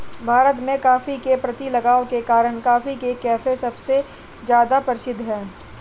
भारत में, कॉफ़ी के प्रति लगाव के कारण, कॉफी के कैफ़े सबसे ज्यादा प्रसिद्ध है